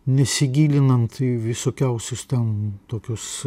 nesigilinant į visokiausius ten tokius